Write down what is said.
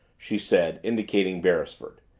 she said, indicating beresford.